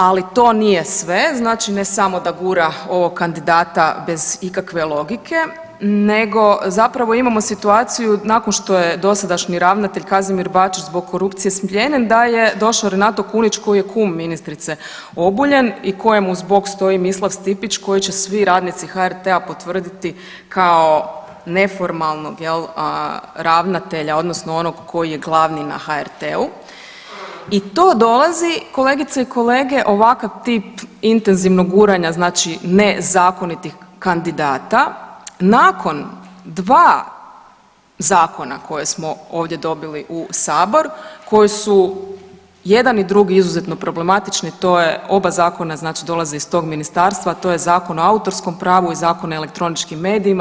Ali to nije sve, znači ne samo da gura ovog kandidata bez ikakve logike nego zapravo imamo situaciju nakon što je dosadašnji ravnatelj Kazimir Bačić zbog korupcije smijenjen da je došao Renato Kunić koji je kum ministrice Obuljen i kojem uz bok stoji Mislav Stipić koji će svi radnici HRT-a potvrditi kao neformalnog ravnatelja odnosno onog koji je glavni na HRT-u i to dolazi kolegice i kolege ovakav tip intenzivnog guranja nezakonitih kandidata nakon dva zakona koje smo ovdje dobili u sabor koji su jedan i drugi izuzetno problematični, to je oba zakona dolaze iz tog ministarstva, a to je Zakon o autorskom pravu i Zakon o elektroničkim medijima.